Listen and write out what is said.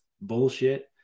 bullshit